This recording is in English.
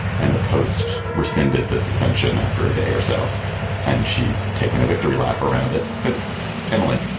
and the post rescinded the suspension after a day or so and she's taken a victory lap around it. but emily,